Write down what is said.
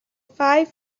five